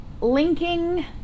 linking